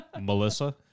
Melissa